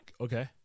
Okay